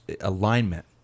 alignment